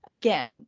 again